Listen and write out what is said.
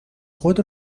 خود